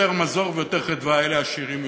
יותר מזור ויותר חדווה, אלה העשירים יותר.